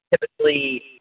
typically